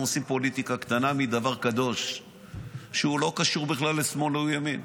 הם עושים פוליטיקה קטנה מדבר קדוש שהוא לא קשור בכלל לשמאל או לימין.